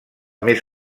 més